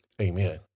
amen